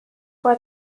where